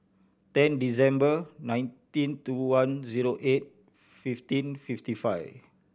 ten December nineteen two one zero eight fifteen fifty five